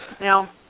Now